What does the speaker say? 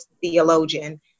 theologian